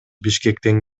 бишкектен